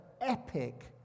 epic